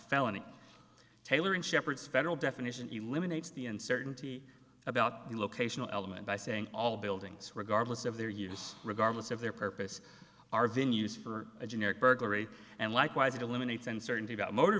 felony tailoring shepard's federal definition eliminates the uncertainty about the location element by saying all buildings regardless of their users regardless of their purpose are venue's for a generic burglary and likewise it eliminates uncertainty about motor